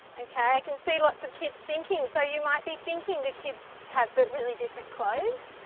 okay, i can see lots of kids thinking, so you might be thinking the kids have really different clothes,